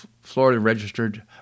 Florida-registered